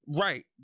Right